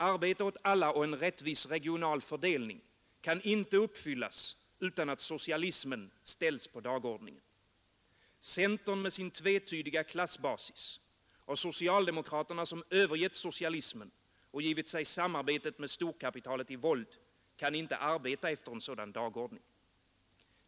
Arbete åt alla och en rättvis regional fördelning kan inte uppfyllas utan att socialismen ställs på dagordningen. Centern med sin tvetydiga klassbasis och socialdemokreterna, som övergett socialismen och givit sig samarbetet med storkapitalet i våld, kan inte arbeta efter en sådan dagordning.